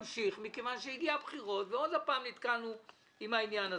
מכיוון שהגיע מועד הבחירות ועוד פעם נתקענו עם העניין הזה.